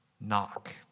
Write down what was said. Knock